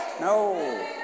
No